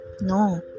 no